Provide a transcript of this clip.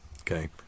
Okay